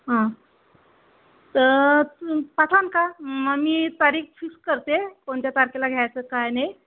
हां तर पाठवाल का मग मी तारीख फिक्स करते कोणत्या तारखेला घ्यायचं काय नाही